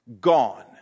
gone